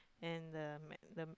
and the mat~ the